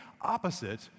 opposite